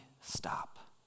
stop